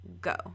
go